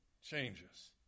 Changes